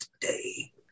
today